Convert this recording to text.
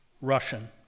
Russian